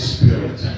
Spirit